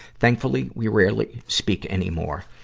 thankfully, we rarely speak anymore.